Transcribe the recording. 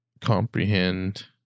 comprehend